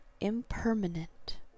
impermanent